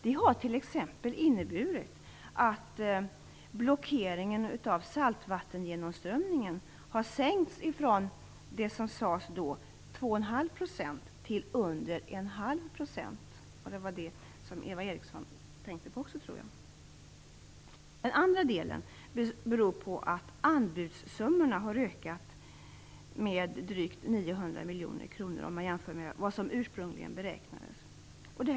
Det har t.ex. inneburit att blockeringen av saltvattengenomströmningen har sänkts från de 21⁄2 % som nämndes då till under 1⁄2 %. Det var det som Eva Eriksson tänkte på också, tror jag. Den andra delen beror på att anbudssummorna har ökat med drygt 900 miljoner kronor om man jämför med vad som ursprungligen beräknades.